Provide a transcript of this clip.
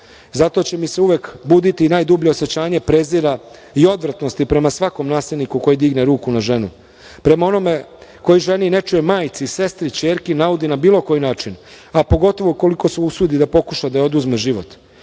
Zato će mi se uvek buditi najdublje osećanje prezira i odvratnosti prema svakom nasilniku koji digne ruku na ženu, prema onome koji ženi, nečijoj majci, sestri, ćerki naudi na bilo koji način, a pogotovo ukoliko se usudi da pokuša da joj oduzme život.U